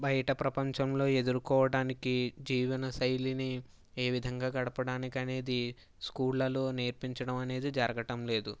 బయట ప్రపంచంలో ఎదుర్కోవడానికి జీవనశైలి ఏవిధంగా గడపడానికి అనేది స్కూళ్లలో నేర్పించడం అనేది జరగటంలేదు